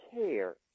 care